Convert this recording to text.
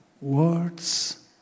words